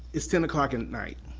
it's ten o'clock and at night.